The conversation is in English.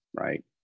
Right